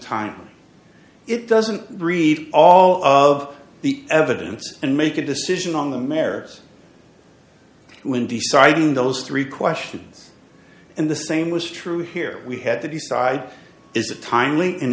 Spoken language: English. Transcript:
time it doesn't read all of the evidence and make a decision on the merits when deciding those three questions and the same was true here we had to decide is